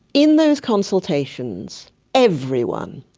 in those consultations everyone,